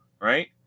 Right